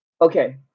okay